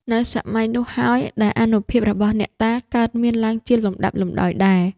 នៅសម័យនោះហើយ ដែលអានុភាពរបស់អ្នកតា កើតមានឡើងជាលំដាប់លំដោយដែរ ។